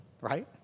right